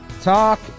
talk